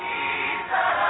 Jesus